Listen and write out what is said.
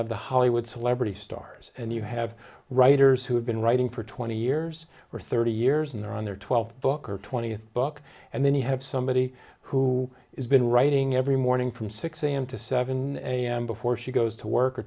have the hollywood celebrity stars and you have writers who have been writing for twenty years or thirty years and they're on their twelfth book or twentieth book and then you have somebody who is been writing every morning from six am to seven am before she goes to work or